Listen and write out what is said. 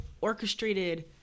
orchestrated